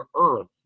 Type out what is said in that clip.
earth